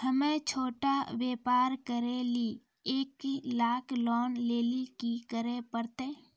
हम्मय छोटा व्यापार करे लेली एक लाख लोन लेली की करे परतै?